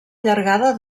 llargada